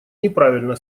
неправильно